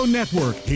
Network